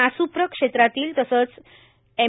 नासुप्र क्षेत्रातील तसंच एम